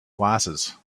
glasses